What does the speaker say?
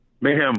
Mayhem